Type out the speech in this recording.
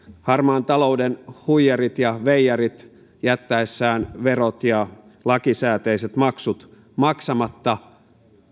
harmaan talouden huijarit ja veijarit jättäessään verot ja lakisääteiset maksut maksamatta